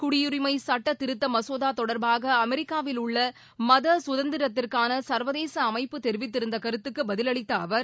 குடியரிமை சட்ட திருத்த மசோதா தொடர்பாக அமெரிக்காவில் உள்ள மத சுதந்திரத்திற்கான சர்வதேச அமைப்பு தெரிவித்திருந்த கருத்துக்கு பதிலளித்த அவர்